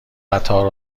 قطار